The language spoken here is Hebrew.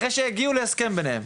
אחרי שהגיעו להסכם ביניהם,